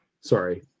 Sorry